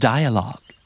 Dialogue